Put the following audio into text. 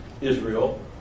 Israel